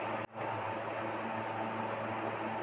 bank दरोडा टाकल्याबद्दल आम्हाला तुरूंगात जावे लागू शकते